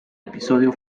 episodio